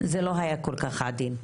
זה לא היה כל כך עדין.